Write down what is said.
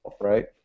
right